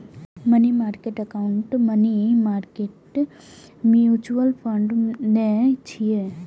money market account money market mutual fund नै छियै